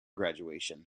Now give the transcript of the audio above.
graduation